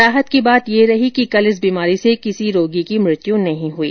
राहत की बात यह रही कि कल इस बीमारी से किसी रोगी की मृत्यु नहीं हुई